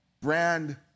brand